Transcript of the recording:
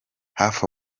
hafi